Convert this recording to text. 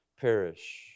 perish